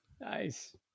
nice